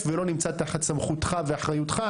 לגביהם ולא נמצא תחת סמכותך ואחריותך,